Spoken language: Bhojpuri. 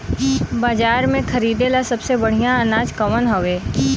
बाजार में खरदे ला सबसे बढ़ियां अनाज कवन हवे?